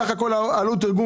סך הכול עלות תרגום